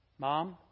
Mom